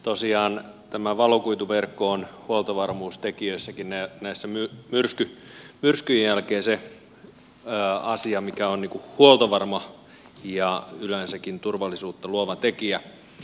tosiaan valokuituverkko on huoltovarmuustekijöissäkin myrskyjen jälkeen se asia joka on huoltovarma ja yleensäkin turvallisuutta luova tekijä